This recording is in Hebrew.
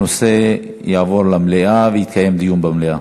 הנושא יעבור למליאה ויתקיים דיון במליאה.